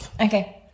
Okay